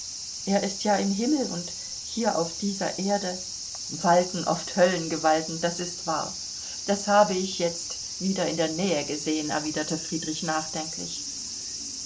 er ist ja im himmel und hier auf dieser erde walten oft höllengewalten das ist wahr das habe ich jetzt wieder in der nähe gesehen erwiderte friedrich nachdenklich